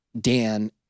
Dan